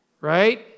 right